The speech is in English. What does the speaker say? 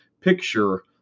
picture